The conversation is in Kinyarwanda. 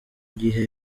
gihe